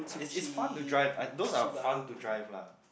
is is fun to drive I those are fun to drive lah